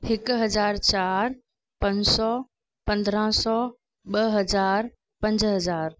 हिकु हज़ार चारि पंज सौ पंद्रहं सौ ॿ हज़ार पंज हज़ार